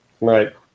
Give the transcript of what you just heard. Right